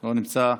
לא נמצא,